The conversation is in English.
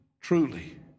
truly